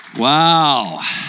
Wow